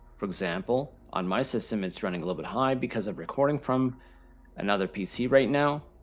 for example, on my system, it's running a little bit high because i'm recording from another pc right now,